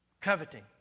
Coveting